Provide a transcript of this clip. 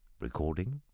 Recording